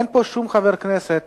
אין פה שום חבר כנסת